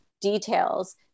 details